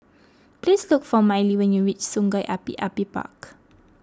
please look for Mylie when you reach Sungei Api Api Park